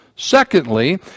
Secondly